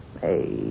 Hey